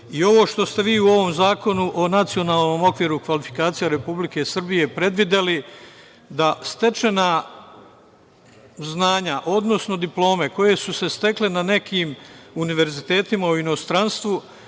što ste predvideli u ovom Zakonu o nacionalnom okviru kvalifikacija Republike Srbije jeste da stečena znanja, odnosno diplome koje su se stekle na nekim univerzitetima u inostranstvu,